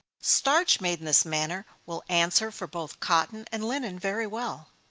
starch made in this manner will answer for both cotton and linen very well.